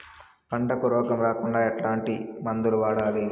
పంటకు రోగం రాకుండా ఎట్లాంటి మందులు వాడాలి?